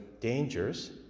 dangers